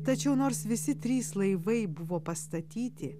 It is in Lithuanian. tačiau nors visi trys laivai buvo pastatyti